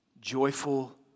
joyful